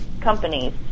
companies